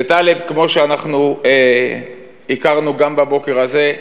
וטלב, כמו שאנחנו הכרנו גם בבוקר הזה,